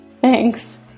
thanks